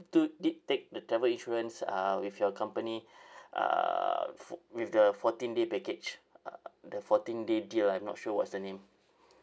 do did take the travel insurance uh with your company uh f~ with the fourteen day package uh the fourteen day deal I'm not sure what's the name